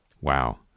Wow